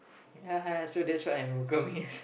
ya so that's what I'm coming as